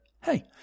hey